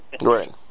right